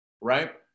right